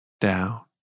down